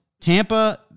tampa